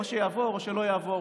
או שיעבור או שלא יעבור.